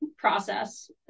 process